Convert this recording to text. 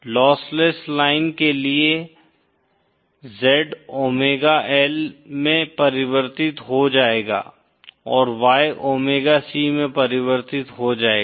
lossless line के लिए Z omega L में परिवर्तित हो जाएगा और Y ओमेगा C में परिवर्तित हो जाएगा